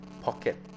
pocket